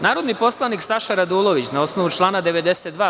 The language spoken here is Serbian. Narodni poslanik Saša Radulović, na osnovu člana 92.